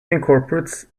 incorporates